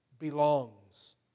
belongs